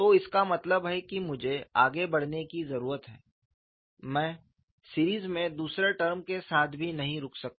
तो इसका मतलब है कि मुझे आगे बढ़ने की जरूरत है मैं श्रृंखला में दूसरे टर्म के साथ भी नहीं रुक सकता